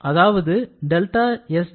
அதாவது δSgen